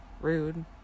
rude